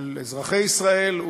של אזרחי ישראל,